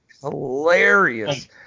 hilarious